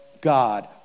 God